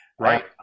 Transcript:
Right